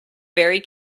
very